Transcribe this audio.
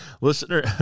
Listener